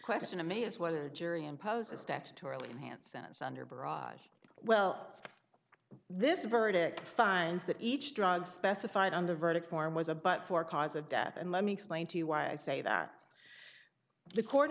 question to me is whether jury impose a statutorily enhanced sentence under a barrage well this verdict finds that each drugs specified on the verdict form was a but for cause of death and let me explain to you why i say that the court